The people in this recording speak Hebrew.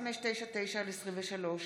זכות טיעון לפני שלילת גמלה),